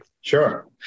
Sure